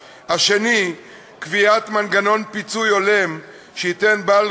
2. קביעת מנגנון פיצוי הולם שייתן בעל